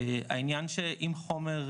העניין שאם חומר,